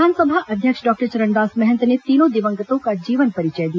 विधानसभा अध्यक्ष डॉक्टर चरणदास महंत ने तीनों दिवंगतों का जीवन परिचय दिया